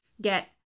get